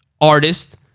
artist